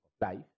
life